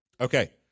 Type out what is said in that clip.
Okay